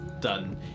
done